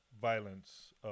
violence